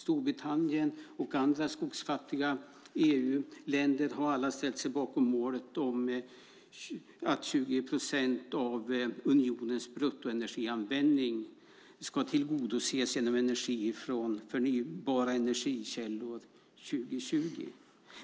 Storbritannien och andra skogsfattiga EU-länder har alla ställt sig bakom målet att 20 procent av unionens bruttoenergianvändning ska tillgodoses genom energi från förnybara energikällor 2020.